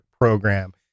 program